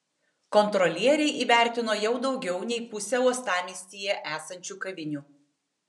kontrolieriai įvertino jau daugiau nei pusę uostamiestyje esančių kavinių